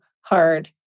hard